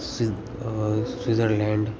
Swiss Switzerland